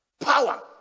Power